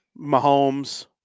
Mahomes